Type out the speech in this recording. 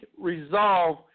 resolve